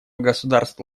государств